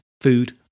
food